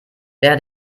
wäre